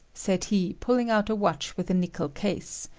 said he, pulling out a watch with a nickel case,